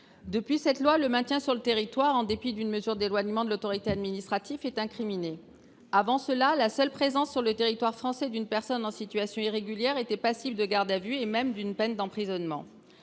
Depuis lors, le maintien sur le territoire en dépit d’une mesure d’éloignement de l’autorité administrative est incriminé. Avant cette date, la seule présence sur le territoire français d’une personne en situation irrégulière était passible d’une garde à vue et même d’une peine d’emprisonnement.